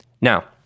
Now